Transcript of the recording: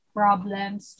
problems